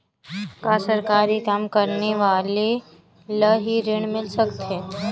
का सरकारी काम करने वाले ल हि ऋण मिल सकथे?